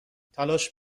تلاش